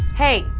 hey,